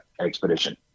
expedition